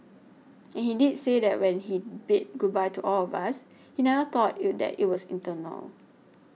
and he did say that when he bid goodbye to all of us he never thought it that it was eternal